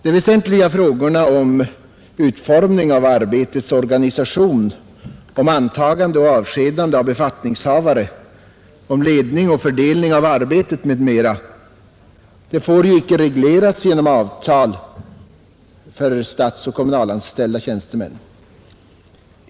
De väsentliga frågorna om utformning av arbetets organisation, om antagande och avskedande av befattningshavare, om ledning och fördelning av arbetet m.m. får icke regleras genom avtal för statsoch kommunalanställda tjänstemän.